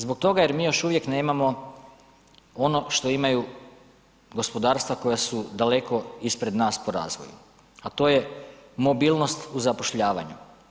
Zbog toga jer mi još uvijek nemamo ono što imaju gospodarstva koja su daleko ispred nas po razvoju a to je mobilnost u zapošljavanju.